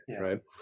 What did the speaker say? right